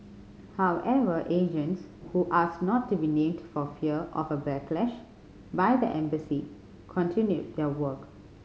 however agents who asked not to be named for fear of a backlash by the embassy continued their work